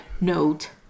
Note